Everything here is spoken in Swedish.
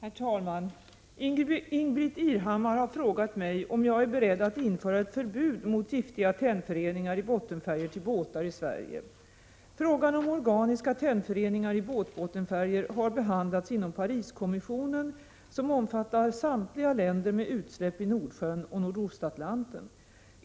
Herr talman! Ingbritt Irhammar har frågat mig om jag är beredd att införa ett förbud mot giftiga tennföreningar i bottenfärger till båtar i Sverige. Frågan om organiska tennföreningar i båtbottenfärger har behandlats inom Pariskommissionen, som omfattar samtliga länder med utsläpp i Nordsjön och Nordostatlanten.